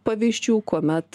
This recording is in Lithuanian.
pavyzdžių kuomet